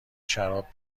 شراب